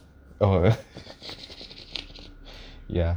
oh ya